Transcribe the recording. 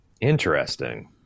interesting